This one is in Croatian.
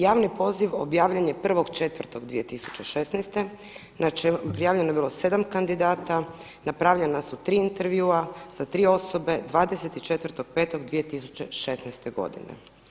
Javni poziv objavljen je 1.4.2016. prijavljeno je bilo sedam kandidata, napravljena su tri intervjua sa tri osobe 24.5.2016. godine.